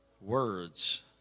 words